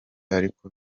ariko